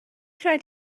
rhaid